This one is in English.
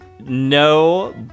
No